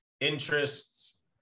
interests